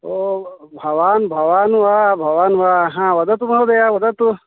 ओ भवान् भवान् वा भवान् वा हा वदतु महोदय वदतु